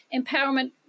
empowerment